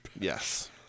Yes